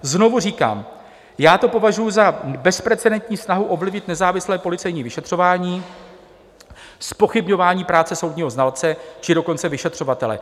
Znovu říkám: já to považuji za bezprecedentní snahu ovlivnit nezávislé policejní vyšetřování, zpochybňování práce soudního znalce, či dokonce vyšetřovatele.